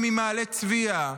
ממעלה צביה,